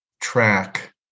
track